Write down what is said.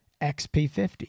XP50